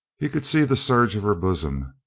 he could see the surge of her bosom,